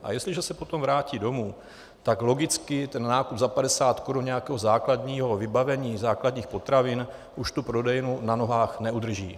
A jestliže se potom vrátí domů, tak logicky ten nákup za padesát korun nějakého základního vybavení základních potravin už tu prodejnu na nohách neudrží.